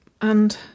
and